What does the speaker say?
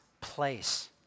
place